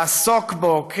לעסוק בו.